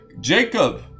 Jacob